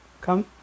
Come